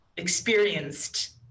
experienced